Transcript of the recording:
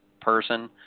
person